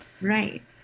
Right